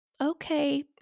okay